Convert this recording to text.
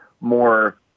more